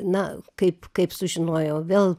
na kaip kaip sužinojau vėl